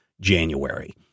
January